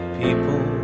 people